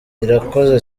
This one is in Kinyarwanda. irakoze